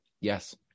Yes